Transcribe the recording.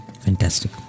Fantastic